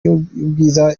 y’ubwiza